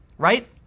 right